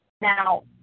Now